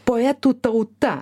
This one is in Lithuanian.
poetų tauta